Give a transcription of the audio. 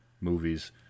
movies